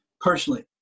personally